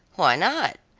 why not?